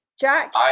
Jack